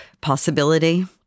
possibility